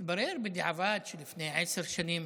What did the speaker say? מתברר בדיעבד שלפני עשר שנים